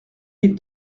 mille